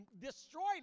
destroyed